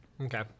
okay